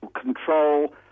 control